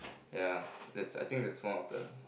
ya that's I think that's one of the